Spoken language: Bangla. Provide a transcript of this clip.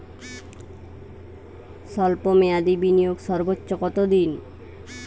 স্বল্প মেয়াদি বিনিয়োগ সর্বোচ্চ কত দিন?